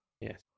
Yes